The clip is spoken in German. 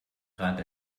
grad